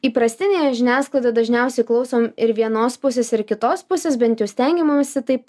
įprastinėje žiniasklaidoj dažniausiai klausom ir vienos pusės ir kitos pusės bent jau stengiamamasi taip